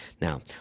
Now